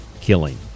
killing